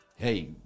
Hey